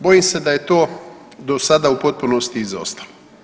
Bojim se da je to do sada u potpunosti izostalo.